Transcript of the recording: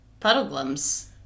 Puddleglum's